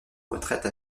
retraite